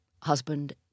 husband